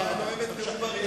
אם הוא היה נואם את נאום בר-אילן,